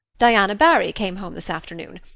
diana barry came home this afternoon.